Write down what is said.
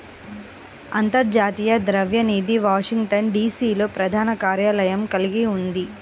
అంతర్జాతీయ ద్రవ్య నిధి వాషింగ్టన్, డి.సి.లో ప్రధాన కార్యాలయం కలిగి ఉంది